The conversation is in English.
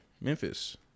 Memphis